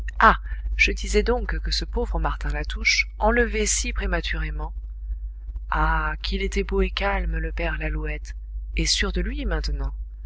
ah je disais donc que ce pauvre martin latouche enlevé si prématurément ah qu'il était beau et calme le père lalouette et sûr de lui maintenant